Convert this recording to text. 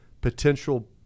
potential